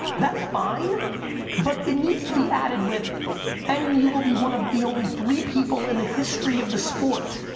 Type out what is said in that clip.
that's fine but it needs to be added with and you will be one of the only three people in the history of the sport